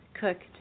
cooked